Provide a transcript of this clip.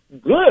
good